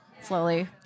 slowly